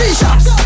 shots